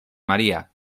maría